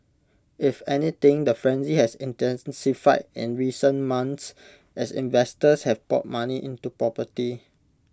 if anything the frenzy has intensified in recent months as investors have poured money into property